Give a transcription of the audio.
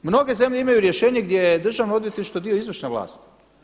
Mnoge zemlje imaju rješenje gdje je državno odvjetništvo dio izvršne vlasti.